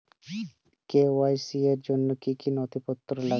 KYC র জন্য কি কি নথিপত্র লাগবে?